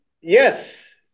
yes